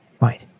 Right